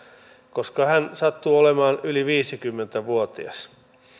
koska hän sattuu olemaan yli viisikymmentä vuotias